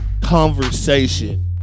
Conversation